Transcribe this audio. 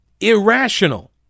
Irrational